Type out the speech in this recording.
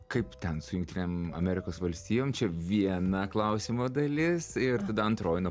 kaip ten su jungtinėm amerikos valstijom čia viena klausimo dalis ir tada antroji na